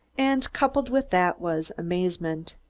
and coupled with that was amazement.